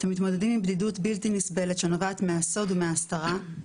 אתם מתמודדים עם בדידות בלתי נסבלת שנובעת מהסוד ומההסתרה,